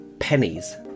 Pennies